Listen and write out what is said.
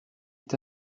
est